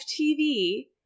TV